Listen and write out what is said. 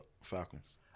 Falcons